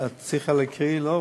אבל את צריכה להקריא, לא?